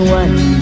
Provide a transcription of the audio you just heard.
one